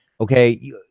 Okay